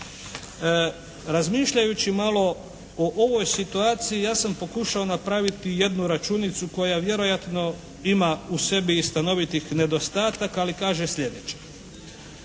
Razmišljajući malo o ovoj situaciji ja sam pokušao napraviti jednu računicu koja vjerojatno ima u sebi i stanovitih nedostataka ali kaže sljedeće: